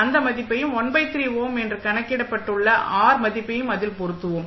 அந்த மதிப்பையும் 13 ஓம் என்று கணக்கிடப்பட்டுள்ள ஆர் மதிப்பையும் அதில் பொருத்துவோம்